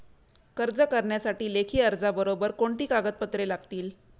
कर्ज करण्यासाठी लेखी अर्जाबरोबर कोणती कागदपत्रे लागतील?